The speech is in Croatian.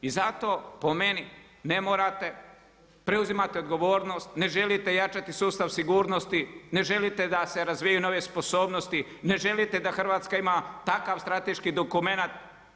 I zato po meni ne morate, preuzimate odgovornost, ne želite jačati sustav sigurnosti, ne želite da se razvijaju nove sposobnosti, ne želite da Hrvatska ima takav strateški dokumenat.